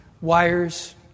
wires